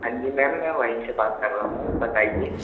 ہان جی میم میں وہیں سے بات کر رہا ہوں بتائیے